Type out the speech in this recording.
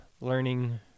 learning